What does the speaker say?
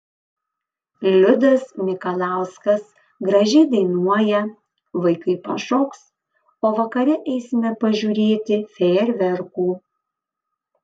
liudas mikalauskas gražiai dainuoja vaikai pašoks o vakare eisime pažiūrėti fejerverkų